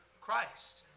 Christ